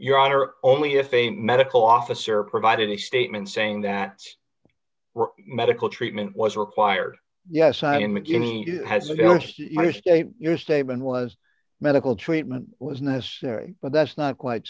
your honor only if a medical officer provided a statement saying that medical treatment was required yes i admit you need it has against your statement was medical treatment was necessary but that's not quite